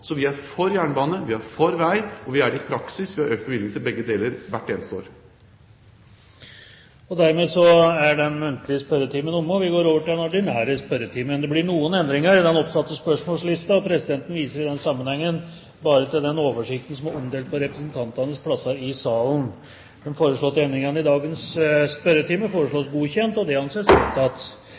Så vi er for jernbane, vi er for vei. Og vi er det i praksis, vi har økt bevilgningene til begge deler hvert eneste år. Dermed er den muntlige spørretimen omme, og vi går over til den ordinære spørretimen. Det blir en del endringer i den oppsatte spørsmålslisten, og presidenten viser i den sammenheng til den oversikt som er omdelt på representantenes plasser i salen. De foreslåtte endringer i dagens spørretime foreslås godkjent. – Det anses vedtatt.